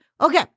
Okay